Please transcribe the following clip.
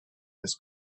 this